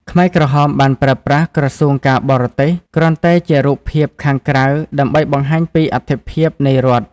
ខ្មែរក្រហមបានប្រើប្រាស់ «ក្រសួងការបរទេស» គ្រាន់តែជារូបភាពខាងក្រៅដើម្បីបង្ហាញពីអត្ថិភាពនៃរដ្ឋ។